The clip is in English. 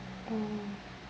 oh